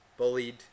bullied